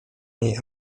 niej